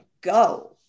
go